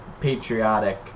patriotic